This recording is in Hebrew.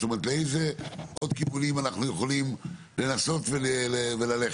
זאת אומרת לאיזה עוד כיוונים אנחנו יכולים לנסות וללכת?